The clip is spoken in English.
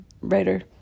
writer